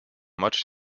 much